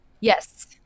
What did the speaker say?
Yes